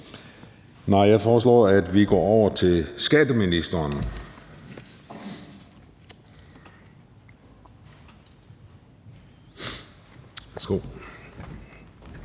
Nej, jeg foreslår, at vi går over til skatteministeren.